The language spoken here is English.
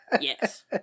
Yes